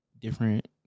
different